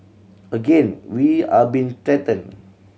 again we are being threatened